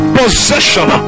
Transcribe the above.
possession